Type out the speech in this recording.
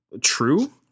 true